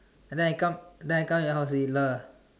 and then I come and then I come your house to eat lah